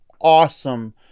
awesome